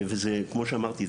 וכמו שאמרתי,